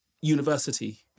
university